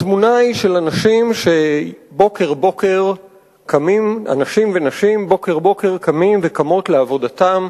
התמונה היא של אנשים ונשים שבוקר-בוקר קמים וקמות לעבודתם,